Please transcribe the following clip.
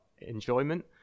enjoyment